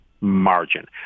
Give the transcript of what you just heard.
margin